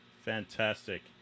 Fantastic